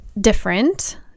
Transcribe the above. different